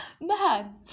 man